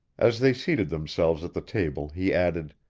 as they seated themselves at the table he added,